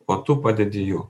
o tu padedi jų